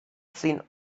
seen